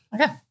okay